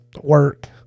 work